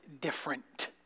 different